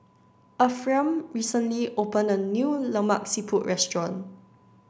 Ephriam recently opened a new Lemak Siput Restaurant